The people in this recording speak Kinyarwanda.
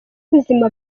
ubuzima